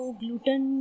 gluten